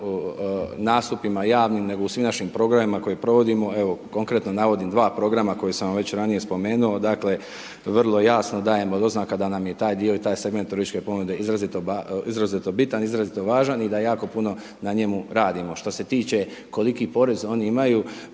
nastupima javnim, nego u svim našim programima koje provodimo, evo konkretno navodim dva programa koja sam vam već ranije spomenuo, dakle, vrlo jasno dajemo doznaka da nam je taj dio i taj segment turističke ponude izrazito, izrazito bitan, izrazito važan, i da jako puno na njemu radimo. Što se tiče koliki porez oni imaju,